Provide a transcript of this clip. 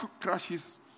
crashes